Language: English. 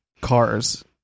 cars